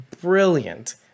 brilliant